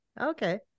Okay